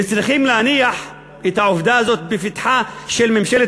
וצריך להניח את העובדה הזאת לפתחה של ממשלת